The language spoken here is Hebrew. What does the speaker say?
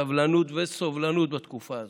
סבלנות וסובלנות בתקופה הזאת.